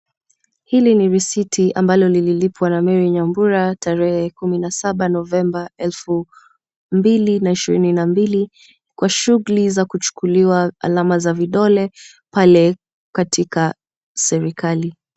Hili ni risiti ambalo lilipwa na Mary Nyambura tarehe kumi na saba Novemba elfu mbili na ishirini na mbili kwa shughuli ya kuchukuliwa alama za vidole pale katika serikali.